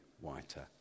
whiter